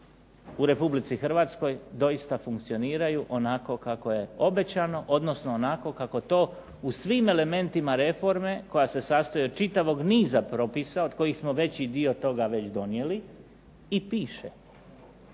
u Republici Hrvatskoj doista funkcioniraju onako kako je obećano, odnosno onako kako to u svim elementima reforme koja se sastoji od čitavog niza propisa od kojih smo veći dio toga već donijeli i piše.